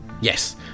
Yes